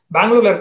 Bangalore